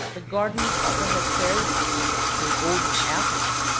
the gardens of the hesperides, with their golden apples,